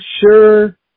sure